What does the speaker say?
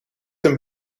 een